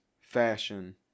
fashion